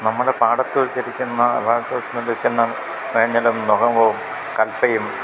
നമ്മുടെ പാടത്തു വച്ചിരിക്കുന്ന നിൽക്കുന്ന നുകവും കലപ്പയും